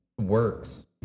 works